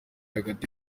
hagati